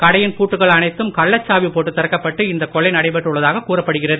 கடையின் பூட்டுக்கள் அனைத்தும் கள்ளச்சாவி போட்டு திறக்கப்பட்டு இந்த கொள்ளை நடைபெற்றுள்ளதாகக் கூறப்படுகிறது